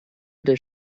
does